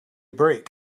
break